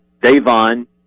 Davon